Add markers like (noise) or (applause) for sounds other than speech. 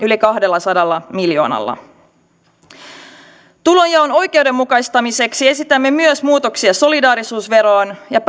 (unintelligible) yli kahdellasadalla miljoonalla tulonjaon oikeudenmukaistamiseksi esitämme myös muutoksia solidaarisuusveroon ja pääomaverotukseen